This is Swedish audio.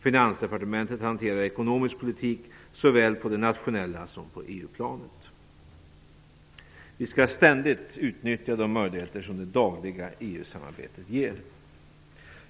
Finansdepartementet hanterar ekonomisk politik såväl på det nationella planet som på EU-planet. Vi skall ständigt utnyttja de möjligheter som det dagliga EU-samarbetet ger.